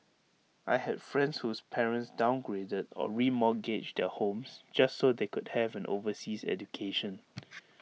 I had friends whose parents downgraded or remortgaged their homes just so they could have an overseas education